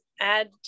add